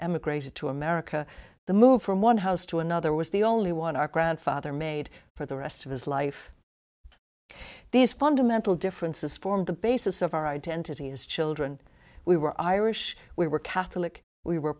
emigrated to america the move from one house to another was the only one our grandfather made for the rest of his life these fundamental differences formed the basis of our identity as children we were irish we were catholic we were